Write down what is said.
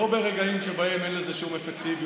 לא ברגעים שבהם אין לזה שום אפקטיביות,